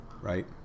right